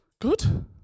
Good